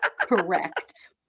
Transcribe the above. Correct